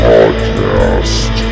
Podcast